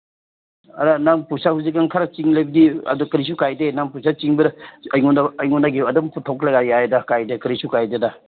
ꯑꯗ ꯅꯪ ꯄꯩꯁꯥ ꯍꯧꯖꯤꯛ ꯀꯥꯟ ꯈꯔ ꯆꯤꯟꯂꯕꯗꯤ ꯑꯗꯣ ꯀꯔꯤꯁꯨ ꯀꯥꯏꯗꯦ ꯅꯪ ꯄꯩꯁꯥ ꯆꯤꯟꯕꯗ ꯑꯩꯉꯣꯟꯗꯒꯤ ꯑꯗꯨꯝ ꯄꯨꯊꯣꯛꯄ ꯌꯥꯏꯗ ꯀꯥꯏꯗꯦ ꯀꯔꯤꯁꯨ ꯀꯥꯏꯗꯦꯗ